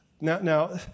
now